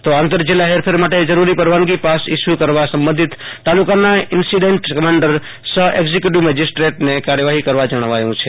તો આંતરરાજય જિલ્લા હેરફેર માટે જરૂરી પરવાનીગો પાસ ઈસ્યૂ કરવા સંબંધિત તાલુકાના ઈન્સિડન્ટ કમાન્ડર સહ એકિસકયુટોવ મેજીસ્ટ્રેટને કાર્યવાહો કરવા જણાવાયું છે